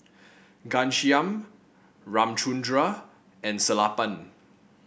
Ghanshyam Ramchundra and Sellapan